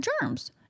germs